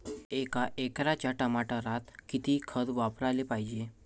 एका एकराच्या टमाटरात किती खत वापराले पायजे?